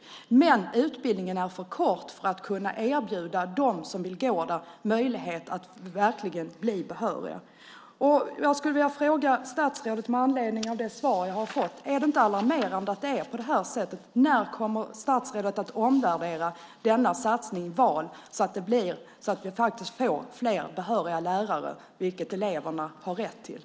Problemet är att utbildningen är för kort för att kunna erbjuda dem som vill gå den möjlighet att bli behöriga. Jag skulle vilja fråga statsrådet med anledning av det svar jag har fått: Är det inte alarmerande att det är på det här sättet? När kommer statsrådet att omvärdera denna satsning, VAL, så att vi får fler behöriga lärare, vilket eleverna har rätt till?